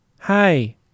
Hi